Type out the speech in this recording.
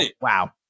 Wow